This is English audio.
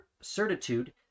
certitude